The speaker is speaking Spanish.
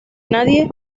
nadie